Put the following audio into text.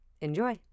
Enjoy